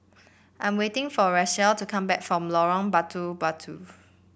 I'm waiting for Rachelle to come back from Lorong Batu Batu